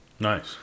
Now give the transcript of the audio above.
nice